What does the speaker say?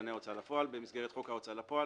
הוא מפעיל את קבלני ההוצאה לפועל במסגרת חוק ההוצאה לפועל